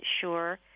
sure